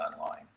online